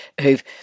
who've